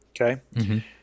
okay